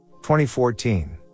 2014